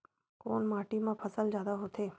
कोन माटी मा फसल जादा होथे?